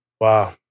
Wow